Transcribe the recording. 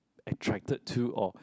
attracted to or